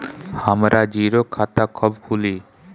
हमरा जीरो खाता कब खुली?